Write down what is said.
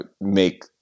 make